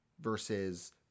versus